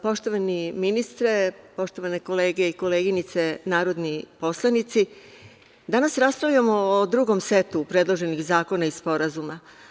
Poštovani ministre, poštovane kolege i koleginice narodni poslanici, danas raspravljamo o drugom setu predloženih zakona i sporazuma.